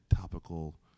topical